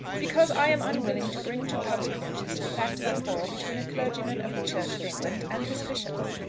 because i am unwilling to bring to public notice the fact of a quarrel between a clergyman of the church of england and his bishop.